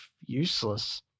useless